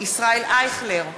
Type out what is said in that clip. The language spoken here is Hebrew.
ישראל אייכלר,